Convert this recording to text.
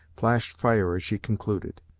flashed fire as she concluded.